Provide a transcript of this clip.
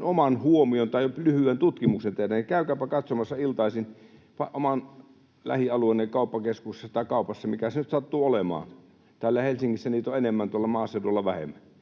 oman huomion tai lyhyen tutkimuksen tehdä, niin käykääpä katsomassa iltaisin oman lähialueenne kauppakeskuksessa tai kaupassa, mikä se nyt sattuu olemaan — täällä Helsingissä niitä on enemmän, tuolla maaseudulla vähemmän.